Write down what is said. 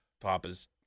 Papa's